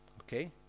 Okay